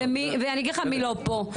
ואני אגיד לך מי לא פה,